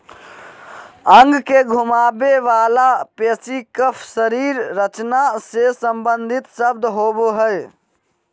अंग के घुमावे वला पेशी कफ शरीर रचना से सम्बंधित शब्द होबो हइ